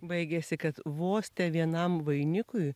baigėsi kad vos vienam vainikui